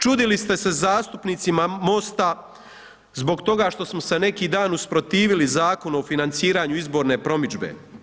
Čudili ste se zastupnicima MOST-a zbog toga što smo se neki dan usprotivili Zakonu o financiranju izborne promidžbe.